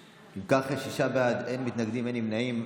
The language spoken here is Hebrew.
אם כך, שישה בעד, אין מתנגדים, אין נמנעים.